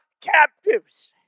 captives